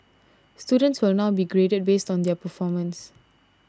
students will now be graded based on their own performance